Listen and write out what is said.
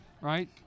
right